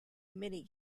mini